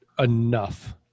enough